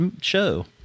show